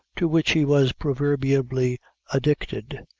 to which he was proverbially addicted.